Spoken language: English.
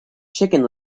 chicken